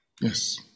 Yes